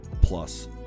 plus